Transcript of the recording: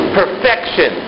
perfection